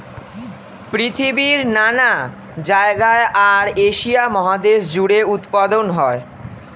পৃথিবীর নানা জায়গায় আর এশিয়া মহাদেশ জুড়ে উৎপাদন হয়